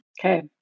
Okay